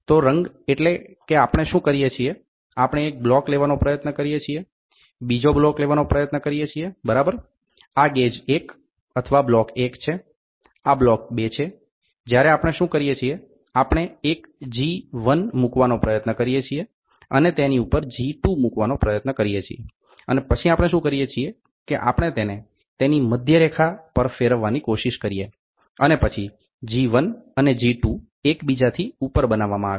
તો વ્રંગ એટલે કે આપણે શું કરીએ છીએ આપણે એક બ્લોક લેવાનો પ્રયત્ન કરીએ છીએ બીજો બ્લોક લેવાનો પ્રયત્ન કરીએ છીએ બરાબર આ ગેજ 1 અથવા બ્લોક 1 છે આ બ્લોક 2 છે જ્યારે આપણે શું કરીએ છીએ આપણે એક જી 1 મુકવાનો પ્રયત્ન કરીએ છીએ અને તેની ઉપર જી 2 મુકવાનો પ્રયત્ન કરીએ છીએ અને પછી આપણે શું કરીએ છીએ કે આપણે તેને તેની મધ્યરેખા પર ફેરવવાની કોશિશ કરીએ અને પછી જી 1 અને જી 2 એકબીજાથી ઉપર બનાવવામાં આવે